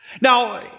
Now